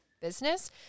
business